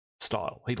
style